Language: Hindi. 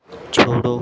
छोड़ो